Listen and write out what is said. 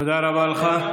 תודה רבה לך.